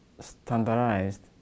standardized